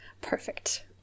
Perfect